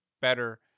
better